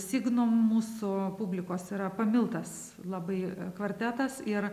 signum mūsų publikos yra pamiltas labai kvartetas ir